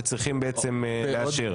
שצריכים לאשר.